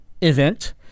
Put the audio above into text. event